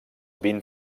vint